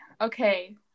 Okay